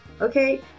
Okay